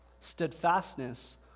steadfastness